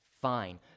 Fine